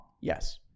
Yes